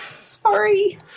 Sorry